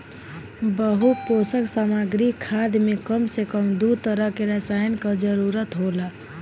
बहुपोषक सामग्री खाद में कम से कम दू तरह के रसायन कअ जरूरत होला